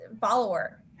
follower